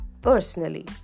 personally